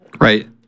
Right